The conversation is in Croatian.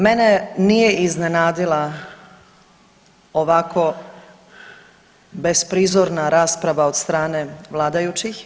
Mene nije iznenadila ovako besprizorna rasprava od strane vladajućih.